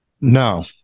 No